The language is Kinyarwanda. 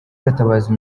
gatabazi